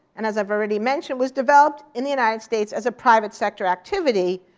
and as i've already mentioned, was developed in the united states as a private sector activity.